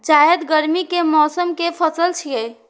जायद गर्मी के मौसम के पसल छियै